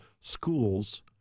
schools